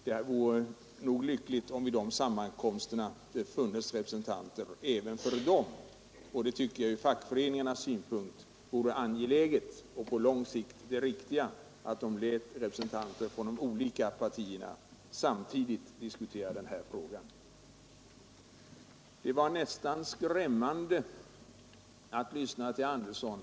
Det vore nog lyckligt om det vid dessa sammankomster fanns representanter även för övriga partier. Från fackföreningarnas synpunkt vore det angeläget och på lång sikt det riktiga att man lät representanter för de olika partierna samtidigt diskutera kollektivanslutningsfrågan. tan skrämmande att lyssna till herr Sten Andersson.